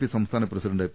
P സംസ്ഥാന president P